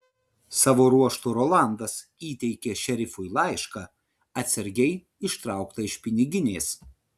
savo ruožtu rolandas įteikė šerifui laišką atsargiai ištrauktą iš piniginės